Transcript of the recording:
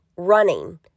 running